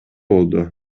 болду